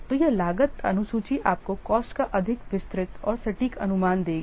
तो यह लागत अनुसूची आपको कॉस्ट का अधिक विस्तृत और सटीक अनुमान देगी